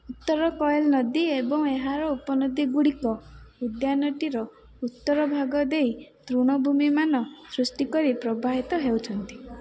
ଉତ୍ତର କୋଏଲ୍ ନଦୀ ଏବଂ ଏହାର ଉପନଦୀଗୁଡ଼ିକ ଉଦ୍ୟାନଟିର ଉତ୍ତର ଭାଗ ଦେଇ ତୃଣଭୂମିମାନ ସୃଷ୍ଟିକରି ପ୍ରବାହିତ ହେଉଛନ୍ତି